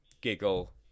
giggle